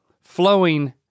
flowing